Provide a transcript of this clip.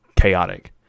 chaotic